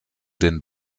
den